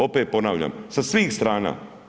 Opet ponavljam sa svih strana.